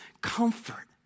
comfort